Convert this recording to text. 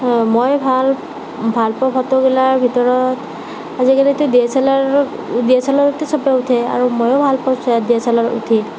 মই ভাল ভালপোৱা ফটোগিলাৰ ভিতৰত আজিকালিতো ডি এছ এল আৰত ডি এছ এল আৰতে চবেই উঠে ময়ো ভালপাওঁ ডি এছ এল আৰত উঠি